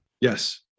Yes